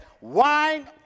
wine